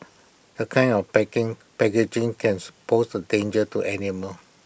A kind of packing packaging can suppose A danger to animals